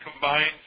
combined